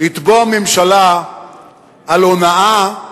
לתבוע ממשלה על הונאה,